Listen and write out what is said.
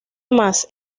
más